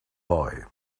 boy